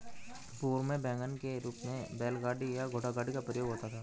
पूर्व में वैगन के रूप में बैलगाड़ी या घोड़ागाड़ी का प्रयोग होता था